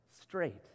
straight